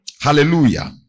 Hallelujah